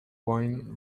wine